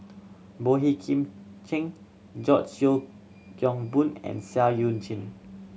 Boey Kim Cheng George Yeo Yong Boon and Seah Eu Chin